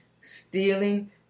stealing